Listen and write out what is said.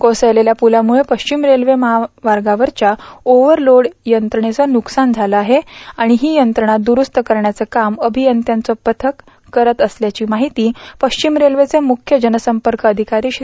कोसळलेल्या पुलामुळं पश्चिम रेल्वेमार्गावरच्या ओव्हरहेड यंत्रणेचं नुकसान झालं आहे आणि ही यंत्रणा दुरूस्त करण्याचं काम अभियंत्याचं पथक करत असल्याची माहिती पश्चिम रेल्वेचे मुख्य जनसंपर्क अषिकारी श्री